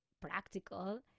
practical